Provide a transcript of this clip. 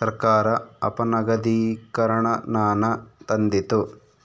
ಸರ್ಕಾರ ಅಪನಗದೀಕರಣನಾನ ತಂದಿತು